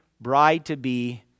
bride-to-be